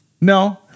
No